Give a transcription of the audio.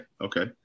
okay